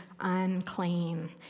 unclean